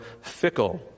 fickle